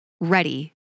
ready